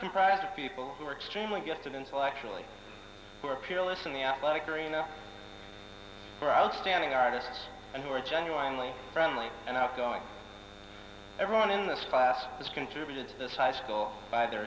comprised of people who are extremely gifted intellectually who are peerless in the athletic arena for outstanding artist and who are genuinely friendly and outgoing everyone in this class has contributed to this high school by their